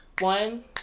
One